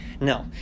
No